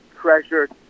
treasured